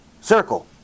circle